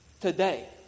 today